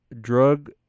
drug